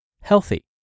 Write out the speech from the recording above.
healthy